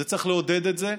צריך לעודד את זה,